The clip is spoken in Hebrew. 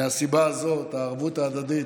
מהסיבה הזאת הערבות ההדדית,